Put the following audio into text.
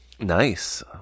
nice